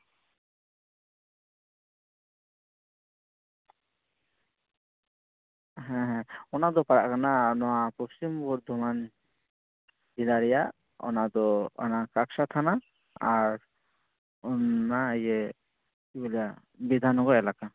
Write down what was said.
ᱦᱮᱸ ᱦᱮᱸ ᱚᱱᱟ ᱫᱚ ᱯᱟᱲᱟᱜ ᱠᱟᱱᱟ ᱱᱚᱣᱟ ᱯᱚᱥᱪᱤᱢ ᱵᱚᱨᱫᱷᱚᱢᱟᱱ ᱡᱮᱞᱟ ᱨᱮᱭᱟᱜ ᱚᱱᱟ ᱫᱚ ᱠᱟᱸᱠᱥᱟ ᱛᱷᱟᱱᱟ ᱟᱨ ᱚᱱᱟ ᱤᱭᱟᱹ ᱪᱮᱫ ᱤᱧ ᱞᱟᱹᱭᱟ ᱵᱤᱫᱷᱟᱱ ᱱᱚᱜᱚᱨ ᱮᱞᱟᱠᱟ